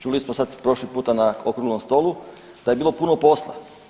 Čuli smo sad prošli puta na okruglom stolu da je bilo puno posla.